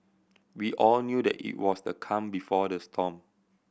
we all knew that it was the calm before the storm